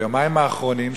ביומיים האחרונים,